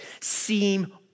seem